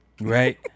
Right